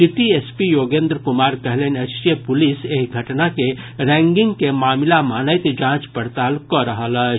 city SP पी योगेन्द्र कुमार कहलनि अछि जे पुलिस एहि घटना के रैंगिंगक मामिला मानैत जांच पड़ताल कऽ रहल अछि